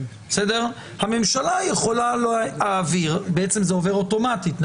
הממשלה יכולה להעביר בעצם זה עובר אוטומטית,